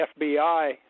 FBI